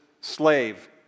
slave